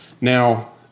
Now